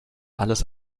alles